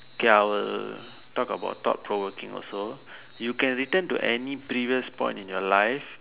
K I will talk about thought provoking also you can return to any previous point in your life